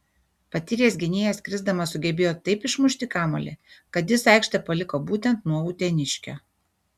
patyręs gynėjas krisdamas sugebėjo taip išmušti kamuolį kad jis aikštę paliko būtent nuo uteniškio